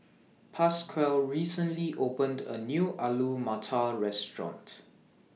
Pasquale recently opened A New Alu Matar Restaurant